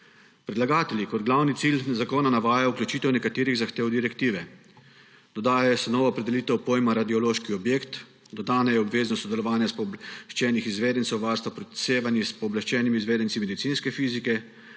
Predlagatelji kot glavni cilj zakona navajajo vključitev nekaterih zahtev direktive. Dodaja se nova opredelitev pojma radiološki objekt, dodano je obvezno sodelovanje pooblaščenih izvedencev varstva pred sevanji s pooblaščenimi izvedenci medicinske fizike,